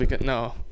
No